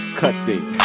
cutscene